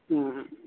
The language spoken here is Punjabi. ਹੂੰ